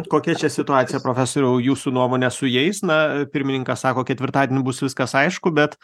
kokia čia situacija profesoriau jūsų nuomone su jais na pirmininkas sako ketvirtadienį bus viskas aišku bet